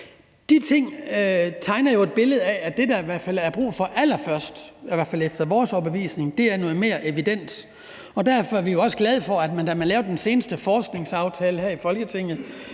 De ting tegner jo et billede af, at det, der allerførst er brug for, i hvert fald efter vores overbevisning, er noget mere evidens, og derfor er vi jo også glade for, at da man lavede den seneste forskningsaftale her i Folketinget,